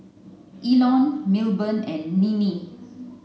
Elon Milburn and Ninnie